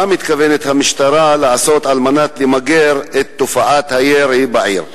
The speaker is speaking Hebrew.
3. מה מתכוונת המשטרה לעשות על מנת למגר את תופעת הירי בעיר?